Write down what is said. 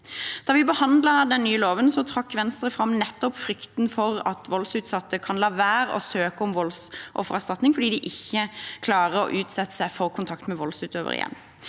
Da vi behandlet den nye loven, trakk Venstre fram nettopp frykten for at voldsutsatte kan la være å søke om voldsoffererstatning fordi de ikke klarer å utsette seg for kontakt med voldsutøveren igjen.